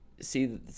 see